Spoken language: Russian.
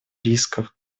рисков